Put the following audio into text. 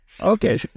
Okay